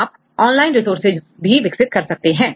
आप online resources भी विकसित कर सकते हैं